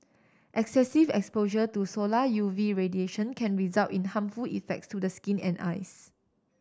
excessive exposure to solar U V radiation can result in harmful effects to the skin and eyes